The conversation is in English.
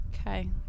Okay